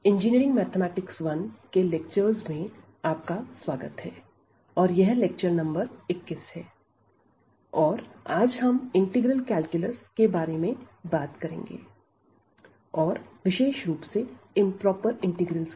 engineering mathematics I Engineering Mathematics - I के lecturers में आपका स्वागत है और यह लेक्चर नंबर 21 है और आज हम इंटीग्रल कैलकुलस के बारे में बात करेंगे और विशेष रुप से इंप्रोपर इंटीग्रल्स